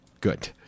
good